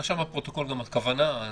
נרשמה בפרוטוקול הכוונה.